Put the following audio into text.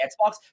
Xbox